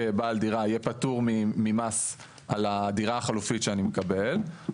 כבעל דירה אהיה פטור ממס על הדירה החלופית שאני מקבל,